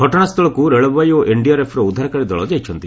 ଘଟଣାସ୍ଥଳକୁ ରେଳବାଇ ଓ ଏନ୍ଡିଆର୍ଏଫ୍ର ଉଦ୍ଧାରକାରୀ ଦଳ ଯାଇଛନ୍ତି